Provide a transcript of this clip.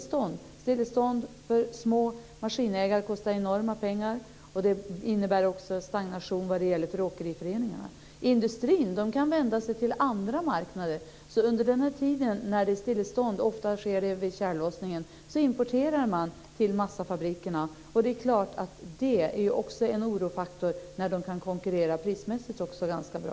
Ett stillestånd för en liten maskinägare kostar enorma pengar. Det innebär också stagnation för åkeriföreningarna. Industrin kan vända sig till andra marknader. Under den tid då det är stillestånd, ofta under tjällossningen, importerar man till massafabrikerna. Det är också en orosfaktor att de kan konkurrera prismässig ganska bra.